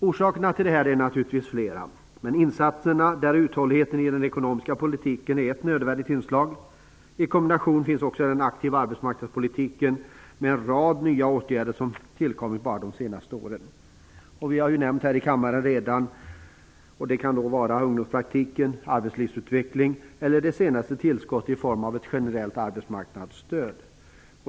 Orsakerna till detta är naturligtvis flera, men uthållighet i den ekonomiska politiken är ett nödvändigt inslag kombinerat med en aktiv arbetsmarknadspolitik och en rad nya åtgärder som har tillkommit bara under de senaste åren. Det har redan nämnts här ungdomspraktik, arbetslivsutveckling och det senaste tillskottet i form av ett generellt arbetsmarknadsstöd.